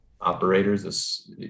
operators